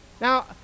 Now